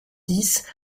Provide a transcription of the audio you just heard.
dix